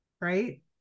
right